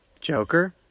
Joker